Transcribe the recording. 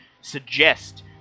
suggest